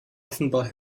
offenbar